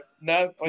no